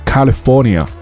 California